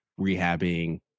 rehabbing